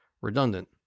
redundant